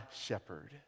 shepherd